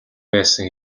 байсан